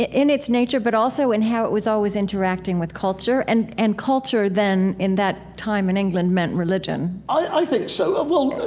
in its nature, but also in how it was always interacting with culture and and culture then in that time in england meant religion i i think so. ah well,